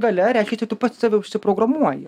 galia reiškiasi tu pats save užsiprogramuoji